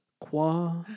Qua